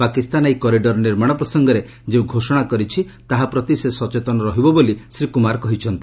ପାକିସ୍ତାନ ଏହି କରିଡ଼ର ନିର୍ମାଣ ପ୍ରସଙ୍ଗରେ ଯେଉଁ ଘୋଷଣା କରିଛି ତାହା ପ୍ରତି ସେ ସଚେତନ ରହିବ ବୋଲି ଶ୍ରୀ କୁମାର କହିଛନ୍ତି